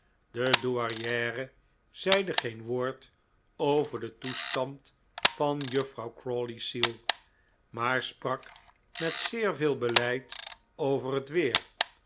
de douairiere zeide geen woord over den toestand van juffrouw crawley's ziel maar sprak met zeer veel beleid over het weer